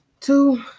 Two